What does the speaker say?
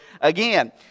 again